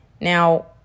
Now